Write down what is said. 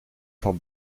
van